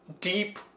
deep